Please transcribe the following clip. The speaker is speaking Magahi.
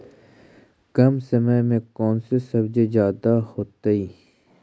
कम समय में कौन से सब्जी ज्यादा होतेई?